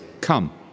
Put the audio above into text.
come